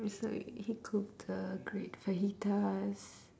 it's like he cooked uh great fajitas